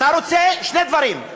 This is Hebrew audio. אתה רוצה שני דברים.